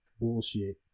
bullshit